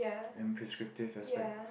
and prescriptive aspect